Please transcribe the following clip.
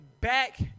back